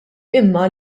imma